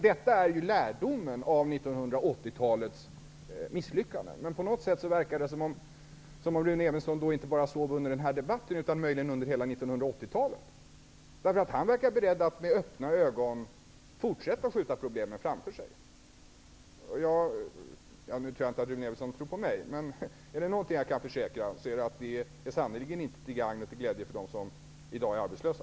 Detta är lärdomen av 1980-talets misslyckanden. På något sätt verkar det som om Rune Evensson inte bara sov under den här debatten, utan möjligen under hela 1980-talet. Han verkar beredd att med öppna ögon fortsätta att skjuta problemen framför sig. Nu tror jag inte att Rune Evensson tror på mig, men är det något jag kan försäkra så är det att det sannerligen inte är till gagn och till glädje för dem som i dag är arbetslösa.